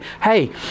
hey